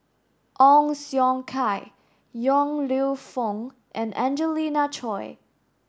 Ong Siong Kai Yong Lew Foong and Angelina Choy